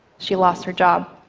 she lost her job.